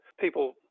people